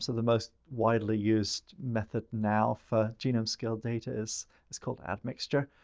the most widely used method now for genome scale data is is called admixture,